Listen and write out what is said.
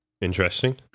Interesting